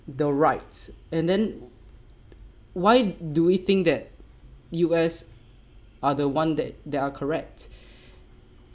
the rights and then why do we think that U_S are the one that that are correct